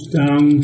down